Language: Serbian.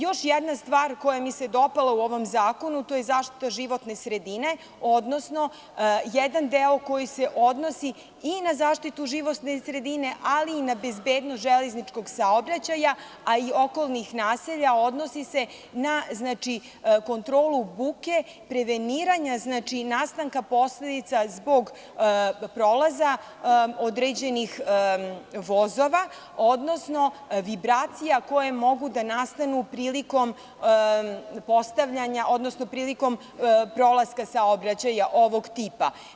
Još jedna stvar koja mi se dopala u ovom zakonu – zaštita životne sredine, odnosno jedan deo koji se odnosi i na zaštitu životne sredine ali i na bezbednost železničkog saobraćaja, kao i okolnih naselja – odnosi se na kontrolu buke, preveniranja i nastanka posledica zbog prolaza određenih vozova, odnosno vibracija koje mogu da nastanu prilikom prolaska saobraćaja ovog tipa.